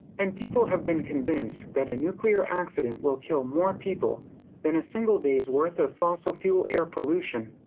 and people have been convinced that a nuclear accident will kill more people than a single day's worth of fossil fuel air pollution.